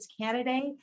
candidate